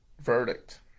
Verdict